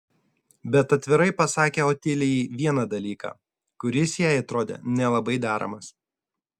bet atvirai pasakė otilijai vieną dalyką kuris jai atrodė nelabai deramas